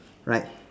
right